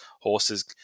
horses